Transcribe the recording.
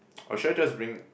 or should I just bring